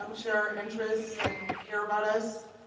um share our interests and care about us.